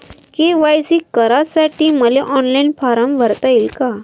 KYC करासाठी मले online form भरता येईन का?